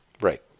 Right